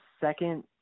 second